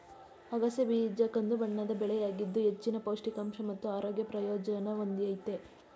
ಅಗಸೆ ಬೀಜ ಕಂದುಬಣ್ಣದ ಬೆಳೆಯಾಗಿದ್ದು ಹೆಚ್ಚಿನ ಪೌಷ್ಟಿಕಾಂಶ ಮತ್ತು ಆರೋಗ್ಯ ಪ್ರಯೋಜನ ಹೊಂದಯ್ತೆ